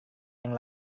yang